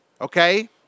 Okay